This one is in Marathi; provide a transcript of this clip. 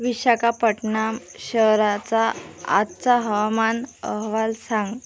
विशाखापट्टनम शहराचा आजचा हवामान अहवाल सांग